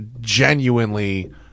genuinely